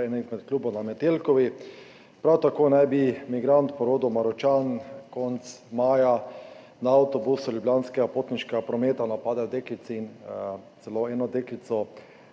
enem izmed klubov na Metelkovi. Prav tako naj bi migrant, po rodu Maročan, konec maja na avtobusu Ljubljanskega potniškega prometa napadel deklici in celo eno deklico